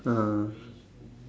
(uh huh)